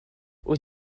wyt